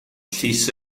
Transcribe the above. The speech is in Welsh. llys